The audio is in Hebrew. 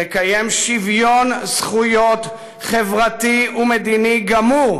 תקיים שוויון זכויות חברתי ומדיני גמור,